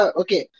okay